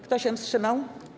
Kto się wstrzymał?